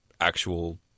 actual